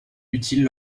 utiles